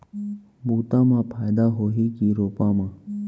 बुता म फायदा होही की रोपा म?